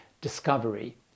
Discovery